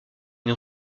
une